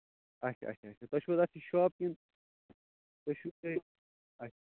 اَچھا اَچھا تۄہہِ چھُو حظ اَتھ یہِ شاپ کِنہٕ تُہۍ چھُو تۄہہِ اَچھا